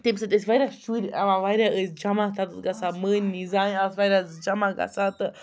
تمہِ سۭتۍ ٲسۍ واریاہ شُرۍ یِوان واریاہ ٲسۍ جَمعہ تَتھ گَژھان مٔہنی زَنہِ آسہٕ واریاہ جمعہ گَژھان تہٕ